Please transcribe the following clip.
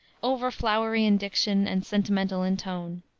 over flowery in diction and sentimental in tone.